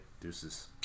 Deuces